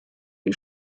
die